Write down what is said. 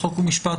חוק ומשפט,